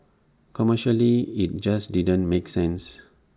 commercially IT just didn't make sense